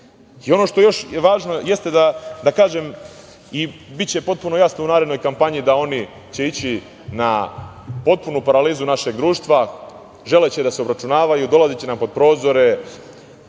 Ono što je još važno jeste da kažem i biće potpuno jasno u narednoj kampanji da će oni ići na potpunu paralizu našeg društva. Želeći da se obračunavaju dolaziće nam pod prozore,